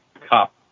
Cop